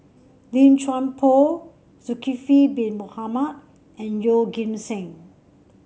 Lim Chuan Poh Zulkifli Bin Mohamed and Yeoh Ghim Seng